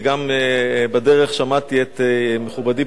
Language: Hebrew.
בדרך שמעתי את מכובדי,